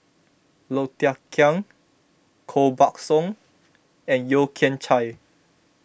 Low Thia Khiang Koh Buck Song and Yeo Kian Chye